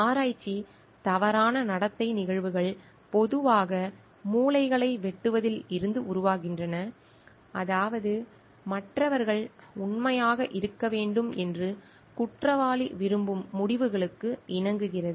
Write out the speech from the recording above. ஆராய்ச்சி தவறான நடத்தை நிகழ்வுகள் பொதுவாக மூலைகளை வெட்டுவதில் இருந்து உருவாகின்றன அதாவது மற்றவர்கள் உண்மையாக இருக்க வேண்டும் என்று குற்றவாளி விரும்பும் முடிவுகளுக்கு இணங்குகிறது